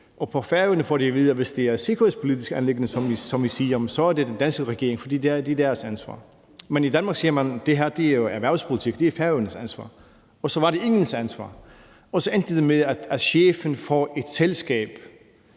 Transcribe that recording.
På Færøerne får de at vide, at hvis det er et sikkerhedspolitisk anliggende, som vi siger, så er det den danske regering, for det er deres ansvar. Men i Danmark siger man: Det her er jo erhvervspolitik, og det er Færøernes ansvar. Og så var det ingens ansvar. Og så endte det med, at chefen for et selskab